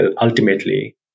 ultimately